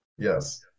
Yes